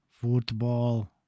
football